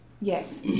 Yes